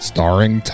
Starring